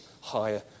higher